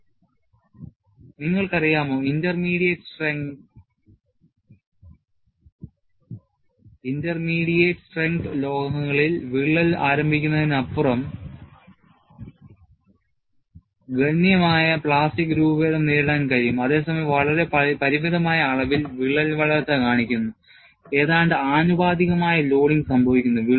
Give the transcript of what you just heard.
Proportional Loading നിങ്ങൾക്കറിയാമോ intermediate strength ലോഹങ്ങളിൽ വിള്ളൽ ആരംഭിക്കുന്നതിനപ്പുറം ഗണ്യമായ പ്ലാസ്റ്റിക് രൂപഭേദം നേരിടാൻ കഴിയും അതേസമയം വളരെ പരിമിതമായ അളവിൽ വിള്ളൽ വളർച്ച കാണിക്കുന്നു ഏതാണ്ട് ആനുപാതികമായ ലോഡിംഗ് സംഭവിക്കുന്നു